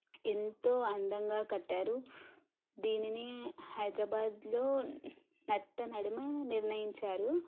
ఎంతో అందంగా కట్టారు దీనిని హైదరాబాద్లో నట్టనడుమ నిర్ణయించారు